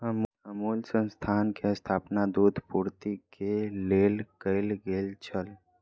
अमूल संस्थान के स्थापना दूध पूर्ति के लेल कयल गेल छल